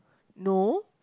no